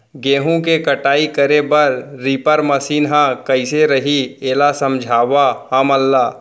गेहूँ के कटाई करे बर रीपर मशीन ह कइसे रही, एला समझाओ हमन ल?